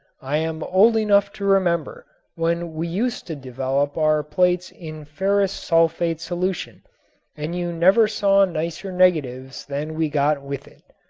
i am old enough to remember when we used to develop our plates in ferrous sulfate solution and you never saw nicer negatives than we got with it.